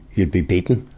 you'd be beaten.